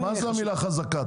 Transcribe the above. מה זה המילה חזקה?